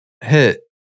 hit